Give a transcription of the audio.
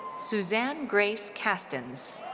suzanne grace kastens.